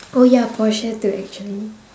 oh ya porsche too actually